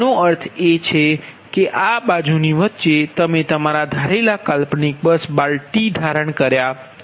આનો અર્થ એ છે કે આ બાજુની વચ્ચે અમે તમારા ધારેલા કાલ્પનિક બસ બાર ધારણ કર્યા છે